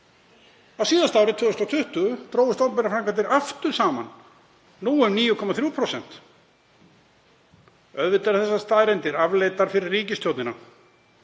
Á síðasta ári, 2020, drógust opinberar framkvæmdir aftur saman, nú um 9,3%. Auðvitað eru þessar staðreyndir afleitar fyrir ríkisstjórnina